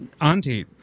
Auntie